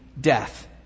death